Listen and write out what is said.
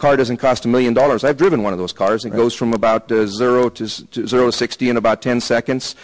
car doesn't cost a million dollars i've driven one of those cars and those from about sixty in about ten seconds